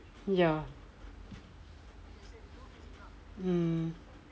ya mm